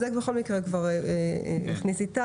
את זה איתי יכניס.